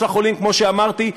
כמו שאמרתי,